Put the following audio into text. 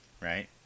right